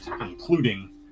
including